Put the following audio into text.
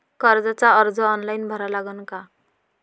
कर्जाचा अर्ज ऑनलाईन भरा लागन का?